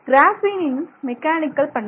கிராஃபீனின் mechanical பண்புகள்